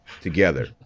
together